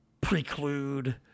preclude